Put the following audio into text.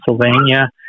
Pennsylvania